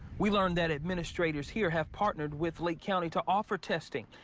we learned that administrators here have partnered with lake county to offer testing.